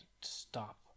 stop